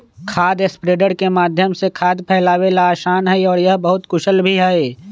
खाद स्प्रेडर के माध्यम से खाद फैलावे ला आसान हई और यह बहुत कुशल भी हई